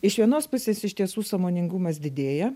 iš vienos pusės iš tiesų sąmoningumas didėja